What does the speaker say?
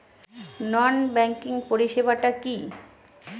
নন banking পরিষেবা টা কি?